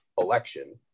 election